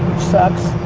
sucks,